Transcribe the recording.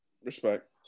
Respect